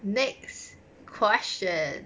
next question